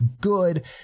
good